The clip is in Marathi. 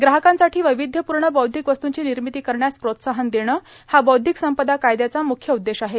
ग्राहकांसाठी वैविध्यपूर्ण बौद्धिक वस्तूंची निर्मिती करण्यास प्रोत्साहन देणं हा बौद्धिक संपदा कायद्याचा मुख्य उद्देश आहे